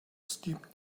steep